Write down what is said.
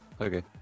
Okay